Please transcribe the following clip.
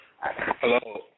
Hello